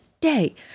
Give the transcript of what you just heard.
day